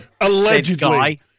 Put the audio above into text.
Allegedly